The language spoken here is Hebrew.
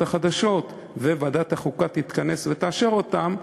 החדשות וועדת החוקה תתכנס ותאשר אותן,